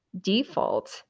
default